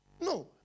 No